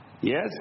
Yes